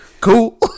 cool